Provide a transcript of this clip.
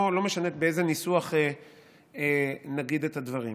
לא משנה באיזה ניסוח נגיד את הדברים.